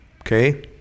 okay